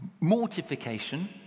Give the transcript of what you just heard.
Mortification